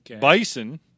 Bison